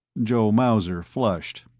joe mauser flushed.